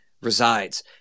resides